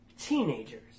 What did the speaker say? teenagers